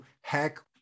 hack